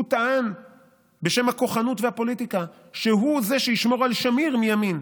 הוא טען בשם הכוחנות והפוליטיקה שהוא שישמור על שמיר מימין.